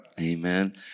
Amen